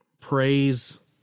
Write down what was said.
praise